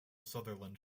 sutherland